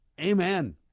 Amen